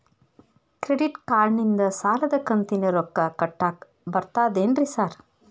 Credit ಕಾರ್ಡನಿಂದ ಸಾಲದ ಕಂತಿನ ರೊಕ್ಕಾ ಕಟ್ಟಾಕ್ ಬರ್ತಾದೇನ್ರಿ ಸಾರ್?